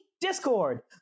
Discord